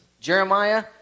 Jeremiah